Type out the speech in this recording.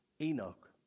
Enoch